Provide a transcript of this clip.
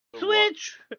Switch